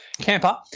camper